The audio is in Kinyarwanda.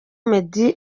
meddy